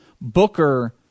Booker